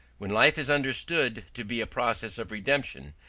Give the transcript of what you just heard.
when life is understood to be a process of redemption,